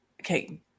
Okay